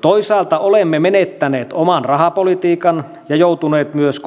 toisaalta olemme menettäneet oman rahapolitiikan ja joutuneet myös